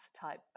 type